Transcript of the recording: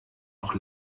noch